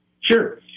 Sure